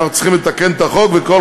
אנחנו צריכים לתקן את השם,